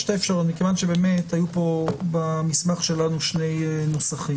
יש שתי אפשרויות מכיוון שהיו במסמך שלנו שני נוסחים.